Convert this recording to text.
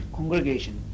congregation